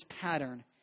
pattern